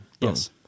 Yes